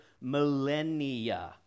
millennia